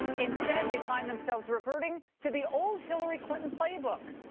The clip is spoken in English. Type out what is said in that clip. instead, they find themselves reverting to the old hillary clinton playbook.